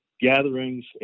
gatherings